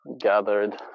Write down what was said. gathered